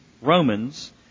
Romans